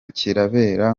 kirabera